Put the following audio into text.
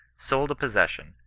sold a possession,